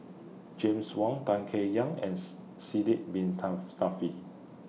James Wong Tan Chay Yan and Sidek Bin